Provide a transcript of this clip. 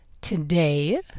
today